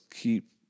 keep